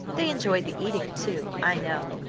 they enjoyed the eating, too, i know,